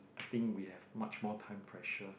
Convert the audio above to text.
I think we have much more time pressure